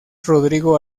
rodrigo